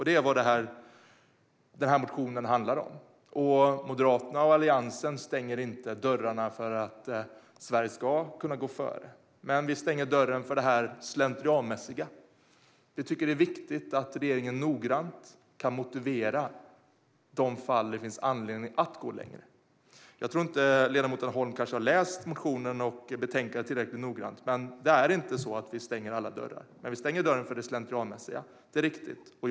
Det är vad motionen handlar om. Moderaterna och Alliansen stänger inte dörrarna för att Sverige ska kunna gå före, men vi stänger dörren för det slentrianmässiga. Vi tycker att det är viktigt att regeringen noggrant kan motivera de fall där det finns anledning att gå längre. Jag tror inte att ledamoten Holm har läst motionen och betänkandet tillräckligt noggrant; vi stänger inte alla dörrar. Men det är riktigt att vi stänger dörren för det slentrianmässiga. Fru talman!